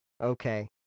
Okay